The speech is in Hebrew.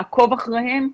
לעקוב אחריהם,